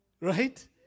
Right